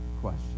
question